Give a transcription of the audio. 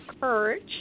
courage